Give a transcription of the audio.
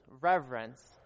reverence